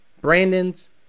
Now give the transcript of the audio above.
Brandons